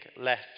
left